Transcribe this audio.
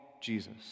Jesus